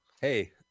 hey